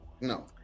No